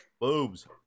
Boobs